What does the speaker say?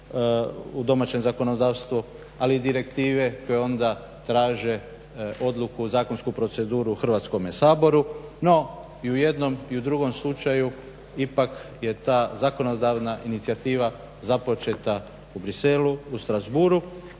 u domaćem zakonodavstvu, ali i direktive koje onda traže odluku, zakonsku proceduru u Hrvatskome saboru. No i u jednom i u drugom slučaju ipak je ta zakonodavna inicijativa započeta u Bruxellesu, u Strasbourgu